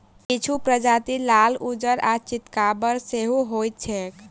किछु प्रजाति लाल, उज्जर आ चितकाबर सेहो होइत छैक